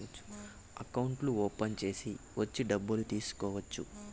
అకౌంట్లు ఓపెన్ చేసి వచ్చి డబ్బులు తీసుకోవచ్చు